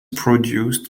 produced